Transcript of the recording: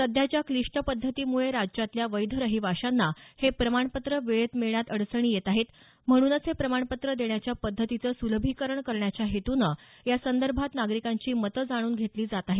सध्याच्या क्लीष्ट पध्दतीमुळे राज्यातल्या वैध रहिवाशांना हे प्रमाणपत्र वेळेत मिळवण्यात अडचणी येत आहेत म्हणूनच हे प्रमाणपत्र देण्याच्या पध्दतीचं सुलभीकरण करण्याच्या हेतूनं यासंदर्भात नागरिकांची मतं जाणून घेतली जात आहेत